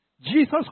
Jesus